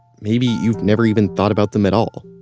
maybe you've never even thought about them at all.